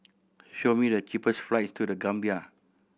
show me the cheapest flights to The Gambia